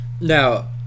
Now